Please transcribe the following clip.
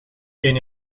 één